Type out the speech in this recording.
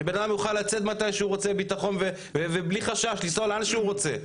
שבנאדם יוכל לצאת מתי שהוא רוצה ובלי חשש לנסוע לאן שהוא רוצה.